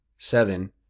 seven